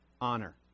honor